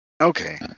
Okay